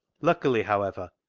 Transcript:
luckily, however,